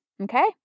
okay